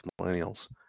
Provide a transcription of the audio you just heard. millennials